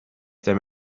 them